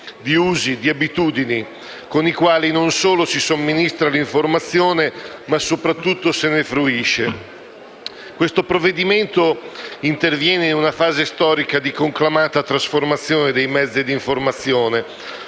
di usi e di abitudini, con i quali non solo si somministra l'informazione ma, soprattutto, se ne fruisce. Il provvedimento interviene in una fase storica di conclamata trasformazione dei mezzi di informazione